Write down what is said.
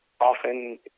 often